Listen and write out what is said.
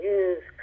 use